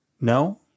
No